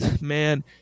man